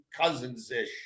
Cousins-ish